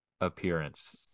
appearance